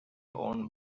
owned